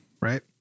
right